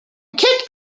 kick